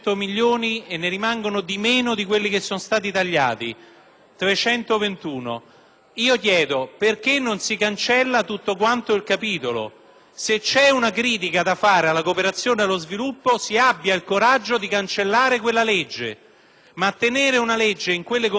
Chiedo perché non si cancella tutto quanto il capitolo. Se c'è una critica da fare alla cooperazione allo sviluppo si abbia il coraggio di cancellare quella legge, ma, se si vuole mantenere una legge in quelle condizioni, la mia domanda è: chi decide